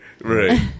Right